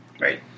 Right